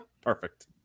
Perfect